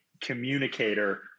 communicator